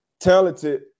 Talented